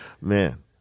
man